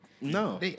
No